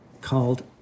called